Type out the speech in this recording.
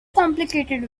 complicated